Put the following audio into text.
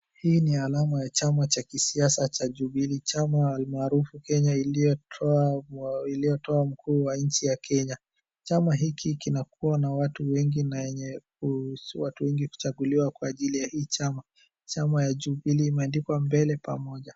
Hii ni alama ya chama cha kisiasa cha Jubilee. Chama almaarufu Kenya iliyotoa, iliyotoa mkuu wa nchi ya Kenya. Chama hiki kinakuwa na watu wengi na wenye, watu wengi kuchaguliwa kwa ajili ya hii chama. Chama ya Jubilee imeandikwa mbele pamoja.